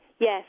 Yes